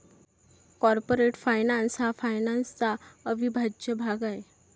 corporate finance हा फायनान्सचा अविभाज्य भाग आहे